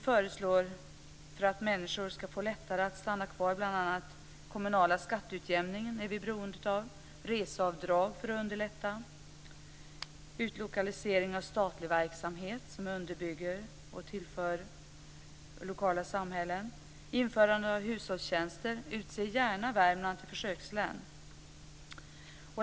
För att människor ska få lättare att stanna kvar föreslår vi bl.a. kommunala skatteutjämningar, som man är beroende av, reseavdrag för att underlätta, utlokalisering av statlig verksamhet som underbygger och tillför verksamhet till lokala samhällen och införande av hushållstjänster. Utse gärna Värmland till försökslän.